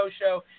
Show